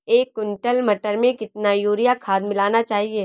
एक कुंटल मटर में कितना यूरिया खाद मिलाना चाहिए?